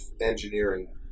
engineering